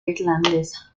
irlandesa